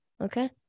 Okay